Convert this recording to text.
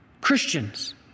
Christians